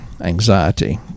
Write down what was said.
anxiety